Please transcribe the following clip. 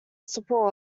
support